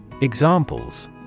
Examples